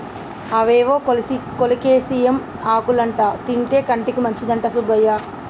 అవేవో కోలేకేసియం ఆకులంటా తింటే కంటికి మంచిదంట సుబ్బయ్య